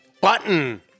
button